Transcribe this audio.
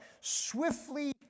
swiftly